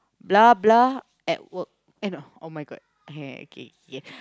blah blah at work eh no oh-my-God kay kay kay